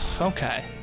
okay